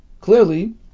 Clearly